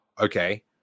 Okay